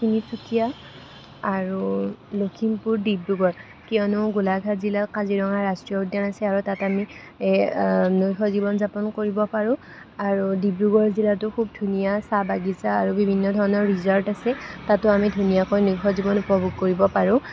তিনিচুকীয়া আৰু লখিমপুৰ ডিব্ৰুগড় কিয়নো গোলাঘাট জিলাত কাজিৰঙা ৰাষ্ট্ৰীয় উদ্য়ান আছে আৰু তাত আমি এই নৈশ জীৱন যাপন কৰিব পাৰোঁ আৰু ডিব্ৰুগড় জিলাতো খুব ধুনীয়া চাহ বাগিচা আৰু বিভিন্ন ধৰণৰ ৰিজৰ্ট আছে তাতো আমি ধুনীয়াকৈ নৈশ জীৱন উপভোগ কৰিব পাৰোঁ